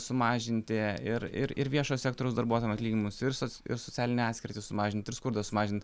sumažinti ir ir ir viešojo sektoriaus darbuotojam atlyginimus ir soc ir socialinę atskirtį sumažint ir skurdą sumažint